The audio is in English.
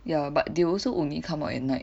ya but they also only come out at night